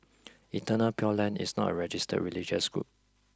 Eternal Pure Land is not a registered religious group